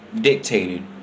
dictated